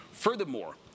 Furthermore